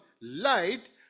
light